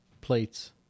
plates